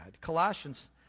Colossians